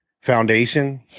foundation